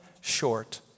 short